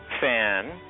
fan